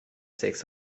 six